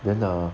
then err